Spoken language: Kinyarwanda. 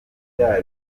bya